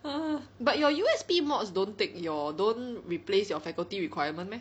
!huh! but your U_S_P mods don't take your don't replace your faculty requirement meh